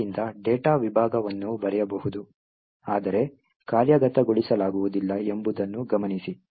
ಆದ್ದರಿಂದ ಡೇಟಾ ವಿಭಾಗವನ್ನು ಬರೆಯಬಹುದು ಆದರೆ ಕಾರ್ಯಗತಗೊಳಿಸಲಾಗುವುದಿಲ್ಲ ಎಂಬುದನ್ನು ಗಮನಿಸಿ